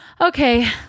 Okay